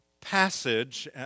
passage